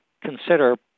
consider